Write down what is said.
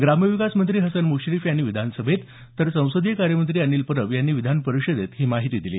ग्रामविकास मंत्री हसन मुश्रीफ यांनी विधानसभेत तर संसदीय कार्यमंत्री अनिल परब यांनी विधान परिषदेत ही माहिती दिली